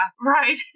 right